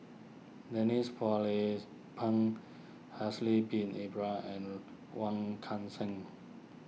Denise Phua Lay Peng Haslir Bin Ibra and Wong Kan Seng